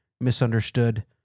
misunderstood